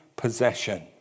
possession